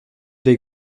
des